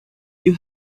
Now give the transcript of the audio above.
you